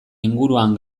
inguruan